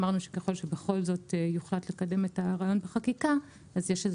אמרנו שככל שבכל זאת יולט לקדם את הרעיון בחקיקה אז יש לזה